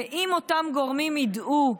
ואם אותם גורמים ידעו,